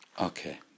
okay